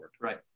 Right